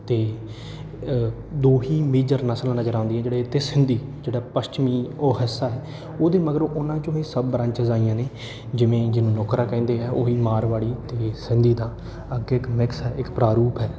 ਅਤੇ ਦੋਹੀ ਮੇਜਰ ਨਸਲਾਂ ਨਜ਼ਰ ਆਉਂਦੀਆਂ ਜਿਹੜੇ ਅਤੇ ਸਿੰਧੀ ਜਿਹੜਾ ਪੱਛਮੀ ਉਹ ਹਿੱਸਾ ਹੈ ਉਹਦੇ ਮਗਰੋਂ ਉਹਨਾਂ 'ਚੋਂ ਹੀ ਇਹ ਸਭ ਬਰਾਂਚਸ ਆਈਆਂ ਨੇ ਜਿਵੇਂ ਜਿਹਨੂੰ ਨੁਕਰਾ ਕਹਿੰਦੇ ਆ ਉਹੀ ਮਾਰਵਾੜੀ ਅਤੇ ਸਿੰਧੀ ਦਾ ਅੱਗੇ ਇਕ ਮਿਕਸ ਹੈ ਇੱਕ ਪਰਾਰੂਪ ਹੈ